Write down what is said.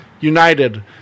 United